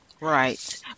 Right